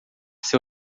seu